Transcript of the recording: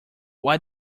why